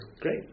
Great